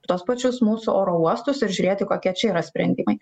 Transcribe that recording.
tuos pačius mūsų oro uostus ir žiūrėti kokie čia yra sprendimai